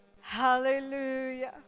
hallelujah